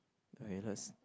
okay let's